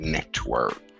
Network